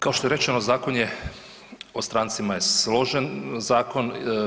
Kao što je rečeno, zakon je o strancima je složen zakon.